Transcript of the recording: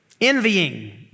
Envying